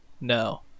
no